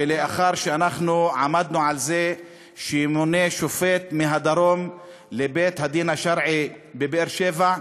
ולאחר שאנחנו עמדנו על זה שימונה שופט מהדרום לבית-הדין השרעי בבאר-שבע,